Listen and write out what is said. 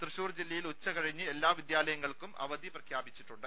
തൃശൂർ ജില്ലയിൽ ഉച്ച കഴിഞ്ഞ് എല്ലാ വിദ്യാലയങ്ങൾക്കും അവധി പ്രഖ്യാപിച്ചിട്ടുണ്ട്